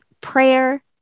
prayer